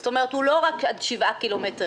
זאת אומרת הוא לא רק עד שבעה קילומטרים